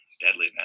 deadly